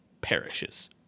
perishes